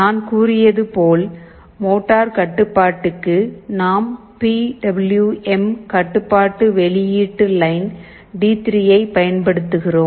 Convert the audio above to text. நான் கூறியது போல் மோட்டார் கட்டுப்பாட்டுக்கு நாம் பி டபிள்யூ எம் கட்டுப்பாட்டு வெளியீட்டு லைன் டி3யை பயன்படுத்துகிறோம்